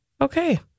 Okay